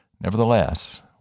nevertheless